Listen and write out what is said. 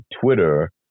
twitter